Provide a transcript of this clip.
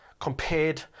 compared